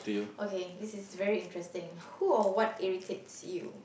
okay this is very interesting who or what irritates you